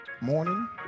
Morning